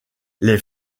les